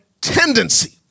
tendency